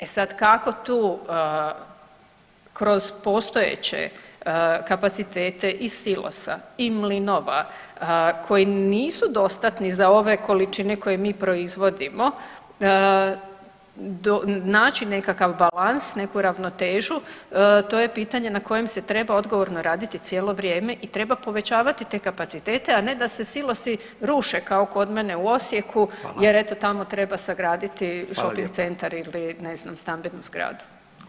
E sad kako tu kroz postojeće kapacitete i silosa i mlinova koji nisu dostatni za ove količine koje mi proizvodimo naći nekakav balans neku ravnotežu to je pitanje na kojem se treba odgovorno raditi cijelo vrijeme i treba povećavati te kapacitete, a ne da se silosi ruše kao kod mene u Osijeku [[Upadica: Hvala.]] jer eto tamo treba sagraditi šoping centar ili ne znam stambenu zgradu.